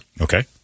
Okay